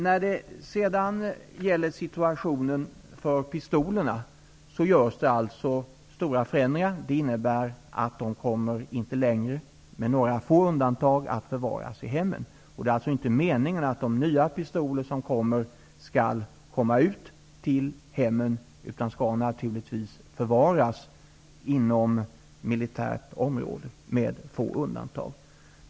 När det sedan gäller pistolerna görs det stora förändringar. Det innebär att de inte längre, med några få undantag, kommer att förvaras i hemmen. Det är inte meningen att de nya pistoler som kommer skall komma ut till hemmen. De skall naturligtvis förvaras inom militärt område med få undantag.